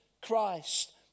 Christ